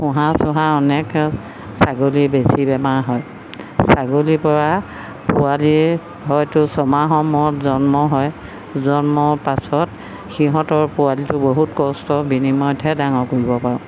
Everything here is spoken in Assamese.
ফোঁহা চোহা অনেক ছাগলীৰ বেছি বেমাৰ হয় ছাগলীৰপৰা পোৱালি হয়তো ছমাহৰ মূৰত জন্ম হয় জন্মৰ পাছত সিহঁতৰ পোৱালিতো বহুত কষ্টৰ বিনিময়তহে ডাঙৰ কৰিব পাৰোঁ